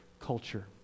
culture